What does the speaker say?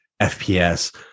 FPS